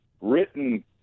written